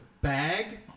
bag